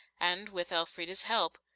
and, with elfrida's help,